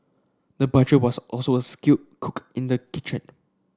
the butcher was also a skilled cook in the kitchen